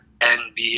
nba